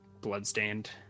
bloodstained